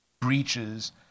breaches